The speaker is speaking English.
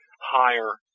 higher